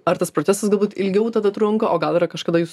ar tas procesas galbūt ilgiau tada trunka o gal yra kažkada jūs